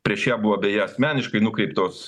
prieš ją buvo beje asmeniškai nukreiptos